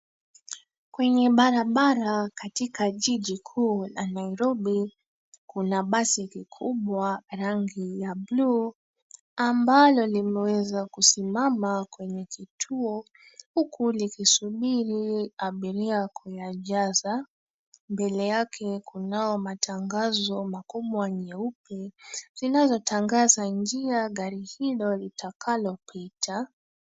Kwenye barabara katika jiji kuu la Nairobi, kuna basi kubwa rangi ya bluu ambayo limeweza kusimama kwenye kituo huku likisubiri abiria kuyajaza. Mbele yake kunao matangazo makubwa nyeupe zinazotangaza njia gari hilo litakalopita.